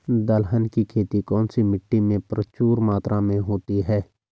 दलहन की खेती कौन सी मिट्टी में प्रचुर मात्रा में होती है?